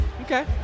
Okay